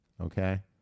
Okay